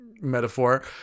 metaphor